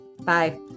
Bye